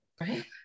Right